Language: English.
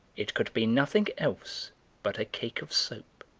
it could be nothing else but a cake of soap,